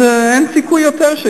אז אין סיכוי יותר,